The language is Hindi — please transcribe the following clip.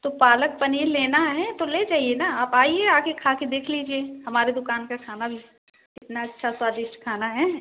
तो पालक पनीर लेना है तो ले जाइए न आप आइए आ कर खा कर देख लीजिए हमारी दुकान का खाना भी इतना अच्छा स्वादिष्ट खाना है